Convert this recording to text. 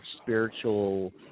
spiritual